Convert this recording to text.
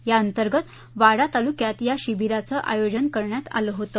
याअंतर्गत वाडा तालुक्यात या शिबीराचं आयोजन करण्यात आलं होतं